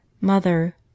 mother